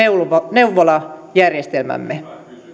neuvolajärjestelmämme